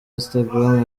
instagram